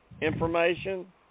information